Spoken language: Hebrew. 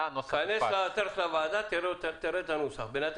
אני עומד לאשר את הסעיף, אז תעיין בו, בינתיים.